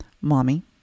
mommy